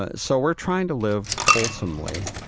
ah so, we're trying to live wholesomely.